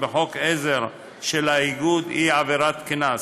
בחוק עזר של האיגוד היא עבירת קנס,